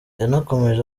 yanakomeje